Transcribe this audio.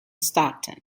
stockton